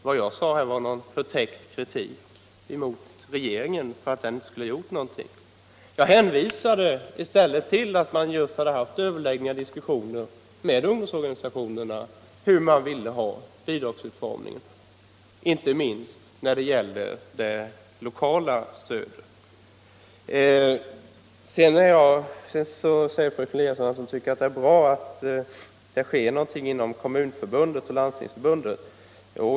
Vad jag sade här var inte någon förtäckt kritik mot regeringen för att den inte skulle ha gjort någonting. Jag hänvisade tvärtom till att man haft överläggningar och diskussioner med ungdomsorganisationerna om hur bidragen skulle vara utformade, inte minst det lokala stödet. Fröken Eliasson säger att hon tycker att det är bra att det sker någonting inom Kommunförbundet och Landstingsförbundet.